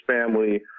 family